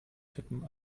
tippen